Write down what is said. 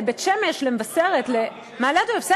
לבית-שמש, למבשרת, למעלה-אדומים.